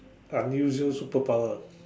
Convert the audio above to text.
unusual super power